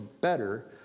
better